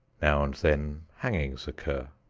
now and then hangings occur.